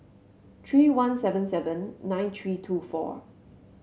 three one seven seven nine three two four